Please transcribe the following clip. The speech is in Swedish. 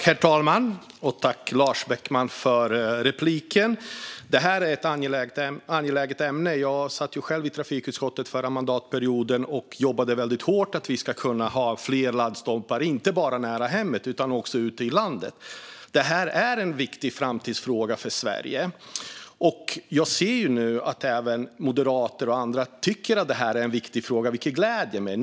Herr talman! Jag tackar Lars Beckman för repliken. Detta är ett angeläget ämne. Jag satt själv i trafikutskottet under den förra mandatperioden och jobbade väldigt hårt för att vi ska kunna ha fler laddstolpar inte bara nära hemmet utan också ute i landet. Detta är en viktig framtidsfråga för Sverige. Jag ser nu att även moderater och andra tycker att det är en viktig fråga, vilket gläder mig.